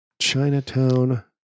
Chinatown